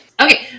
Okay